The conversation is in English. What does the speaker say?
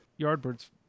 Yardbirds